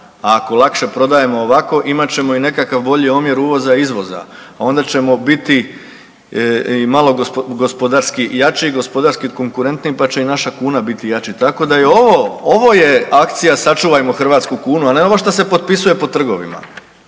a ako lakše prodajemo ovako imat ćemo i nekakav bolji omjer uvoza-izvoza onda ćemo biti i malo gospodarski jači, gospodarski konkurentniji pa će i naša kuna biti jača. Tako da je ovo, ovo je akcija sačuvajmo hrvatsku kunu, a ne ono šta se potpisuje po trgovima.